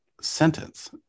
sentence